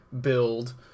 build